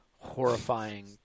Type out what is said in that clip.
horrifying